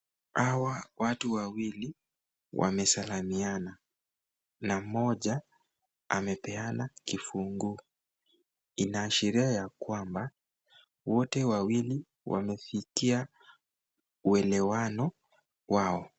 Hawa watu wawili wamesalamiana na mmoja amepeana kifunguu, inaashiria ya kwamba wote wawili wamefikia uelewano wao.